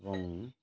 ଏବଂ